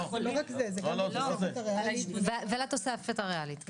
זה לא רק זה, זה גם התוספת הריאלית.